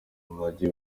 mujyi